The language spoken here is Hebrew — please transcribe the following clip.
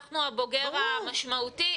אנחנו הבוגר המשמעותי.